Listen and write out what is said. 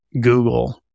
google